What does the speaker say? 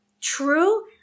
True